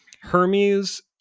hermes